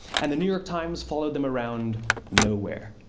and the new york times followed them around nowhere.